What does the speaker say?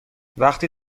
وقتی